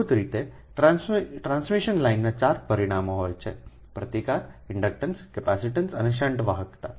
મૂળભૂત રીતે ટ્રાન્સમિશન લાઇનમાં ચાર પરિમાણો હોય છે પ્રતિકાર ઇન્ડક્ટન્સ કેપેસિટેન્સ અને શન્ટ વાહકતા